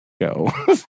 go